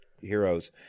heroes